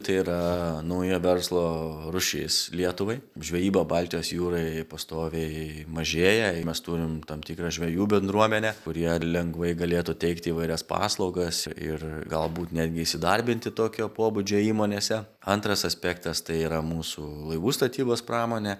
tai yra nauja verslo rūšis lietuvai žvejyba baltijos jūrai pastoviai mažėja mes turim tam tikrą žvejų bendruomenę kurie lengvai galėtų teikti įvairias paslaugas ir galbūt netgi įsidarbinti tokio pobūdžio įmonėse antras aspektas tai yra mūsų laivų statybos pramonė